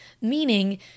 Meaning